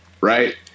right